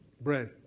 bread